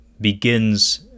begins